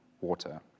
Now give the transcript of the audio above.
water